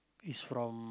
is from